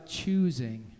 choosing